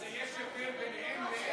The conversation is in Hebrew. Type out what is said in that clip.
אז יש הבדל בין אם לאם?